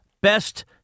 Best